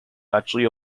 actually